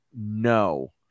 no